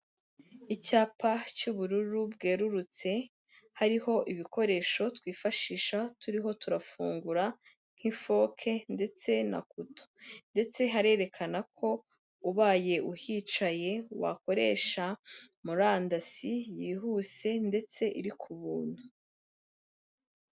Icyapa cy'ubururu bwerurutse, hariho ibikoresho twifashisha turiho turafungura nk'ifoke ndetse na kuto ndetse harerekana ko ubaye uhicaye wakoresha murandasi yihuse ndetse iri ku buntu.